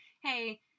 hey